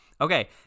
Okay